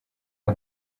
ngo